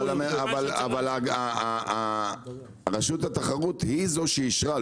--- אבל רשות התחרות היא זו שאישרה,